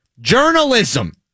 Journalism